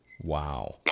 wow